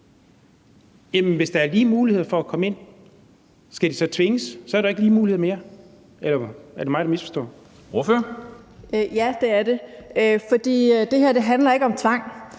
Hvis der er lige muligheder for at komme ind, skal de så tvinges? For så er der ikke lige muligheder mere. Eller er det mig, der misforstår det? Kl. 11:06 Formanden (Henrik Dam